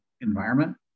environment